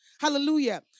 hallelujah